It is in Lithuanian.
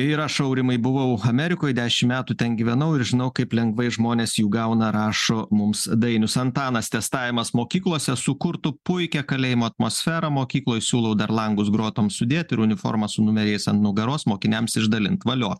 ir aš aurimai buvau amerikoj dešim metų ten gyvenau ir žinau kaip lengvai žmonės jų gauna rašo mums dainius antanas testavimas mokyklose sukurtų puikią kalėjimo atmosferą mokykloj siūlau dar langus grotom sudėt ir uniformas su numeriais ant nugaros mokiniams išdalint valio